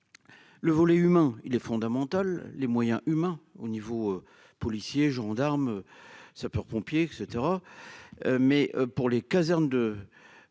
le volet humain, il est fondamental, les moyens humains, au niveau, policiers, gendarmes, sapeurs-pompiers, etc, mais pour les casernes de,